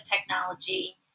technology